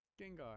Gengar